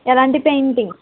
ఎలాంటి పెయింటింగ్